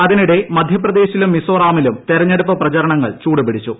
അതിനിടെ മധ്യപ്രദേശിലും മിസോറാമിലും തെരഞ്ഞെടുപ്പ് പ്രചരണങ്ങൾ ചൂടുപിടിച്ചു